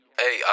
hey